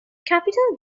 capital